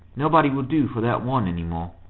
nobody will do for that one any more.